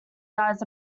dies